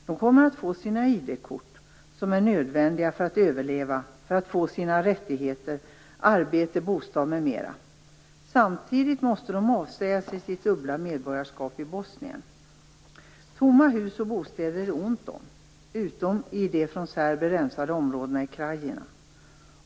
De kommer att få sina ID-kort, som är nödvändiga för att överleva och för att få sina rättigheter - arbete, bostad m.m. Samtidigt måste de avsäga sig sitt dubbla medborgarskap i Bosnien. Tomma hus och bostäder är det ont om, utom i de från serber rensade områdena i Krajina.